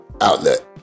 outlet